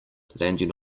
landing